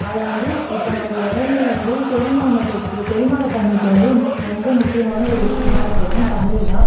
அதை வந்து இப்போ நம்ப உடம்புல வந்து செரிமானத்துக்கு செரிமான தன்மைக்கு வந்து ரொம்ப முக்கியமான ஒரு விஷயமா இருக்கிறதும் தண்ணி தான்